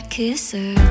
kisser